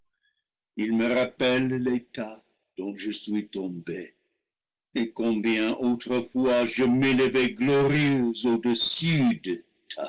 ils me rappellent l'état dont je suis tombé et combien autrefois je m'élevais glorieux au-dessus de